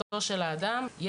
מה שנקרא,